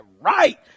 right